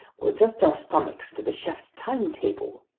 we'll adjust our stomachs to the chef's timetable!